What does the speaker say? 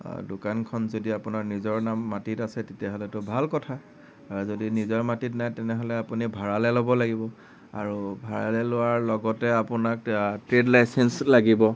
দোকানখন যদি আপোনাৰ নিজৰ নাম মাটিত আছে তেতিয়াহ'লেতো ভাল কথা আৰু যদি নিজৰ মাটিত নাই তেনেহ'লে আপুনি ভাৰালৈ ল'ব লাগিব আৰু ভাৰালৈ লোৱাৰ লগতে আপোনাক ট্ৰেড লাইচেঞ্চ লাগিব